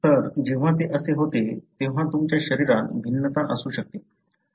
तर जेव्हा ते असे होते तेव्हा तुमच्या शरीरात भिन्नता असू शकते